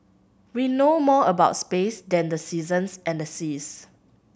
we know more about space than the seasons and the seas